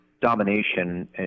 domination